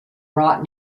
brought